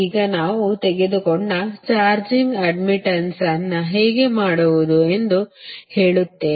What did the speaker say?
ಈಗ ನಾವು ತೆಗೆದುಕೊಂಡ ಚಾರ್ಜಿಂಗ್ ಅಡ್ಡ್ಮಿಟ್ಟನ್ಸ್ ಅನ್ನು ಹೇಗೆ ಮಾಡುವುದು ಎಂದು ಹೇಳುತ್ತೇನೆ